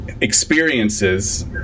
experiences